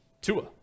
Tua